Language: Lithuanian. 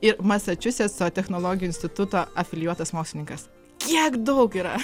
ir masačiusetso technologijų instituto afiljuotas mokslininkas kiek daug yra